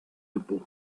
depot